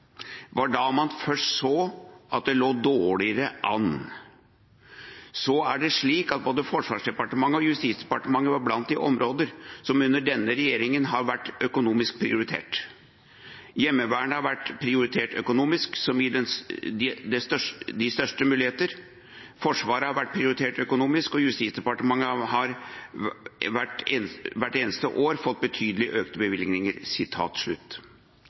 var da man først så at det lå dårligere an. Så er det slik at både Forsvarsdepartementet og Justisdepartementet er blant de områdene som under denne regjeringen har vært prioritert økonomisk. Heimevernet har vært prioritert økonomisk, som gir det større muligheter, Forsvaret generelt har vært prioritert økonomisk, og Justisdepartementet har hvert eneste år fått betydelig økte bevilgninger.»